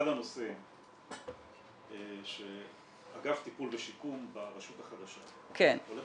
אחד הנושאים שאגף טיפול ושיקום ברשות החדשה הולך